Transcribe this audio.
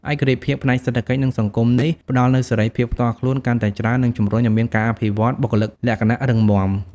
ឯករាជ្យភាពផ្នែកសេដ្ឋកិច្ច និងសង្គមនេះ ផ្ដល់នូវសេរីភាពផ្ទាល់ខ្លួនកាន់តែច្រើន និងជំរុញឱ្យមានការអភិវឌ្ឍបុគ្គលិកលក្ខណៈរឹងមាំ។